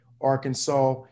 Arkansas